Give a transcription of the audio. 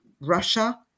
Russia